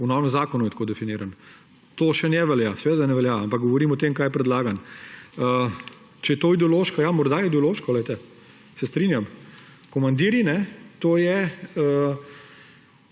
V novem zakonu je tako definiran. To še ne velja, seveda ne velja, ampak govorim o tem, kaj je predlagano. Če je to ideološko, ja, morda je ideološko, glejte, se strinjam. Komandirji, to